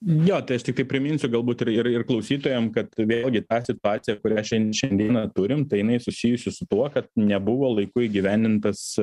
jo tai aš tiktai priminsiu galbūt ir ir ir klausytojam kad vėlgi ta situacija kurią šian šiandieną turim tai jinai susijusi su tuo kad nebuvo laiku įgyvendintas